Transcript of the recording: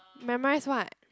memorize what